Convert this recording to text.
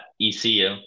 ECU